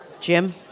Jim